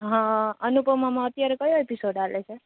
હા અનુપમામાં અત્યારે કયો એપિસોડ હાલે છે